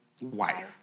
wife